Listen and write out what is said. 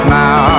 now